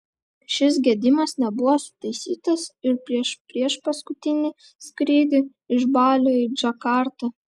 šis gedimas nebuvo sutaisytas ir prieš priešpaskutinį skrydį iš balio į džakartą